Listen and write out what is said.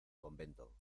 convento